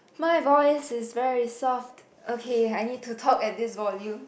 my voice is very soft okay I need to talk at this volume